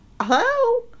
Hello